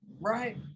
right